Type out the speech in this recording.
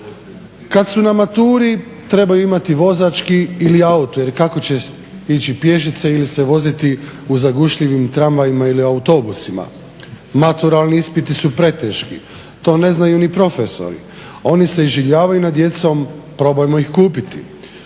Kad su na maturi trebaju imati vozački ili auto, jer kako će ići pješice ili se voziti u zagušljivim tramvajima ili autobusima. Maturalni ispiti su preteški, to ne znaju ni profesori, oni se iživljavaju nad djecom, probajmo ih kupiti.